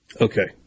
Okay